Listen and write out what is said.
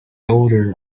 odor